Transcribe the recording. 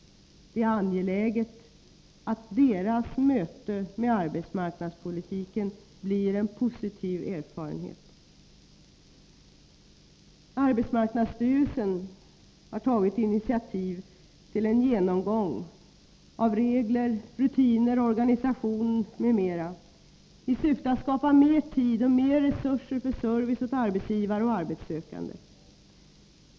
Det är angeläget att deras möte med arbetsmarknadspolitiken blir en positiv erfarenhet. Arbetsmarknadsstyrelsen har tagit initiativ till en genomgång av regler, rutiner, organisation m.m. i syfte att skapa mer tid och mer resurser för service åt arbetsgivare och arbetssökande.